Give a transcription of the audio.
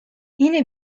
yine